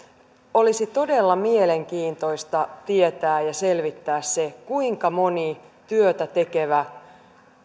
olisi todella mielenkiintoista tietää ja selvittää se kuinka moni työtä tekevä